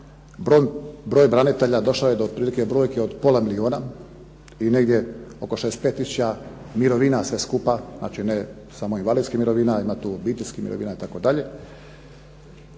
broj branitelja došao je do otprilike brojke od pola milijuna i negdje oko 65 tisuća mirovina sve skupa, znači ne samo invalidskih mirovina, ima tu obiteljskih mirovina itd.